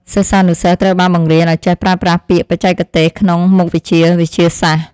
សិស្សានុសិស្សត្រូវបានបង្រៀនឱ្យចេះប្រើប្រាស់ពាក្យបច្ចេកទេសក្នុងមុខវិជ្ជាវិទ្យាសាស្ត្រ។